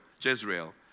Jezreel